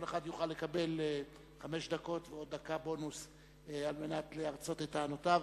כל אחד יוכל לקבל חמש דקות ועוד דקה בונוס על מנת להרצות את טענותיו.